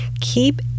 Keep